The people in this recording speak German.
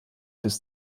bis